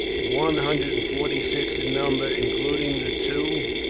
one hundred and forty-six in number, including the two